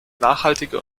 nachhaltige